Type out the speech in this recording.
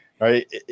Right